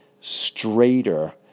straighter